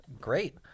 great